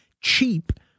cheap